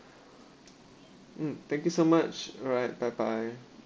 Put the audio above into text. mm thank you so much alright bye bye